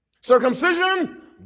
circumcision